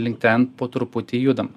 link ten po truputį judam